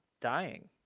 dying